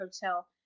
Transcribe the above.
hotel